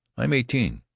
i am eighteen.